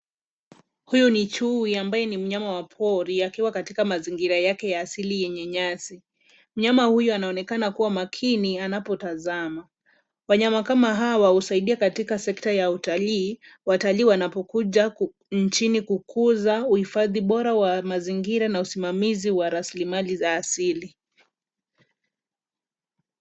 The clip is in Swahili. Huyu ni chui ambaye ni mnyama wa pori akiwa katika mazingira yake ya asili yenye nyasi. Mnyama huyu anaonekana kuwa makini anapotazama. Wanyama kama hawa husaidia katika sekta ya utalii watalii wanapokuja nchini kukuza uhifadhi bora wa mazingira na usimamizi wa rasilimali za asili.